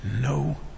no